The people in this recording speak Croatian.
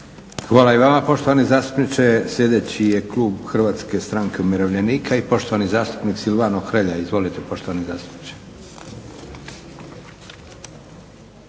Hvala i vama poštovani zastupniče. Sljedeći je klub HSU-a i poštovani zastupnik Silvano Hrelja. Izvolite poštovani zastupniče.